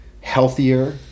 healthier